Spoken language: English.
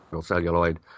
Celluloid